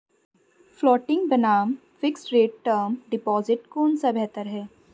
Floating बनाम fixed rate term deposit कौन सा बेहतर है?